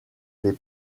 des